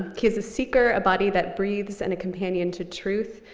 he's a seeker, a body that breathes, and a companion to truth.